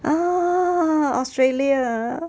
oh australia